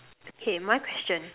okay my question